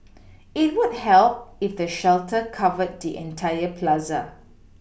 it would help if the shelter covered the entire Plaza